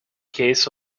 case